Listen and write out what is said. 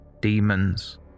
demons